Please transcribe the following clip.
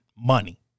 money